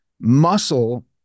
Muscle